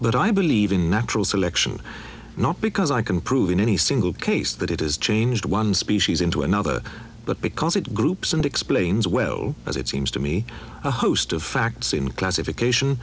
but i believe in natural selection not because i can prove in any single case that it is changed one species into another but because it groups and explains well as it seems to me a host of facts in classification